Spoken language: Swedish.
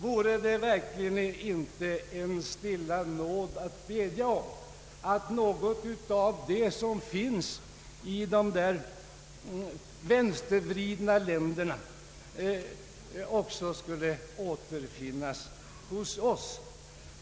Vore det inte en nåd att stilla bedja om att något som finns i dessa vänstervridna länder också skulle återfinnas hos oss?